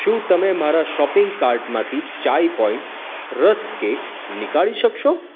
શું તમે મારા શોપિંગ કાર્ટમાંથી ચાય પોઈન્ટ રસ્ક કેક નીકાળી શકશો